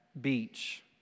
beach